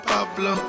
Pablo